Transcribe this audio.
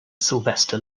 sylvester